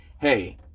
hey